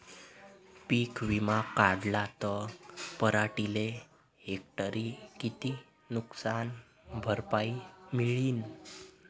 पीक विमा काढला त पराटीले हेक्टरी किती नुकसान भरपाई मिळीनं?